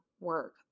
work